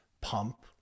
pump